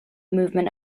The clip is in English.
movement